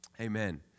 Amen